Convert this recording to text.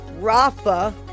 Rafa